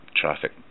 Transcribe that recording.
traffic